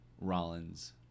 Rollins